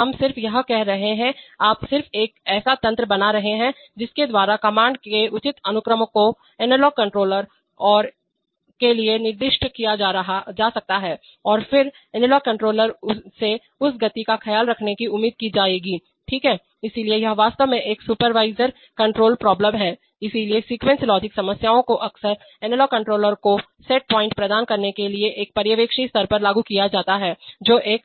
हम सिर्फ यह कह रहे हैं आप सिर्फ एक ऐसा तंत्र बना रहे हैं जिसके द्वारा कमांड के उचित अनुक्रम को एनालॉग कंट्रोलर और के लिए निर्दिष्ट किया जा सकता है और फिर एनालॉग कंट्रोलर से उस गति का ख्याल रखने की उम्मीद की जाएगी ठीक है इसलिए यह वास्तव में एक सुपरवाइजर कंट्रोल प्रॉब्लम है इसलिए सीक्वेंसर लॉजिक समस्याओं को अक्सर एनालॉग कंट्रोलर को सेट पॉइंट प्रदान करने के लिए एक पर्यवेक्षी स्तर पर लागू किया जाता है जो एक